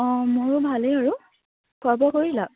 অঁ মোৰো ভালেই আৰু খোৱা বোৱা কৰিলা